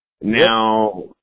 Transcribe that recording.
Now